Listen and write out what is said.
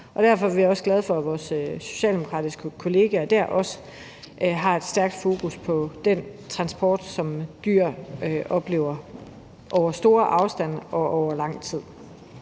derfor er vi også glade for, at vores socialdemokratiske kolleger dér også har et stærkt fokus på den transport, som dyr oplever over store afstande og over lang tid.